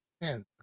Man